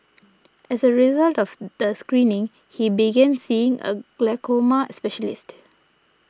as a result of the screening he began seeing a glaucoma specialist